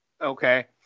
okay